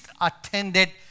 attended